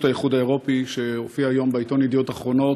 האיחוד האירופי שהופיעה היום בעיתון ידיעות אחרונות,